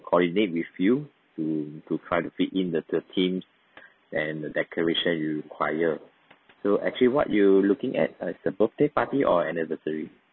coordinate with you to to kind of fit in the the themes and the decoration you require so actually what you looking at uh it's a birthday party or anniversary